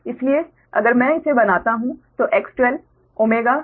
इसलिए अगर मैं इसे बनाता हूं तो X12 𝛚 भागित C12 है